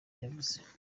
yavuze